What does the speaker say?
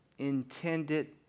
intended